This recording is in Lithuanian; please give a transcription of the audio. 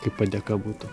kaip padėka būtų